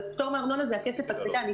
אבל פטור מארנונה זה הכסף הקטן.